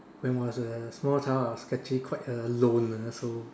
when I was a small child I was actually quite a loner so